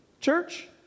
church